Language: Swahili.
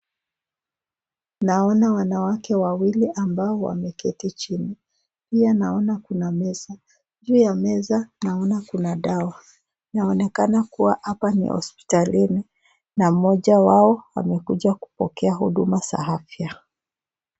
Naona wanawake wawili ambao wameketi chini. Pia naona kuna meza. Juu ya meza naona kuna dawa. Inaonekana kuwa hapa ni hospitalini na mmoja wao amekuja kupokea huduma za afya.